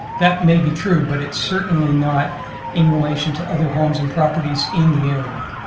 that may be true, but it's certainly not in relation to other homes and properties in the area.